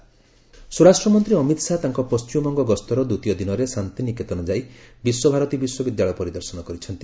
ଅମିତ ଶାହା ପଶ୍ଚିମବଙ୍ଗ ସ୍ୱରାଷ୍ଟ୍ର ମନ୍ତ୍ରୀ ଅମିତ ଶାହା ତାଙ୍କ ପଶ୍ଚିମବଙ୍ଗ ଗସ୍ତର ଦ୍ୱିତୀୟ ଦିନରେ ଶାନ୍ତିନିକେତନ ଯାଇ ବିଶ୍ୱଭାରତୀ ବିଶ୍ୱବିଦ୍ୟାଳୟ ପରିଦର୍ଶନ କରିଛନ୍ତି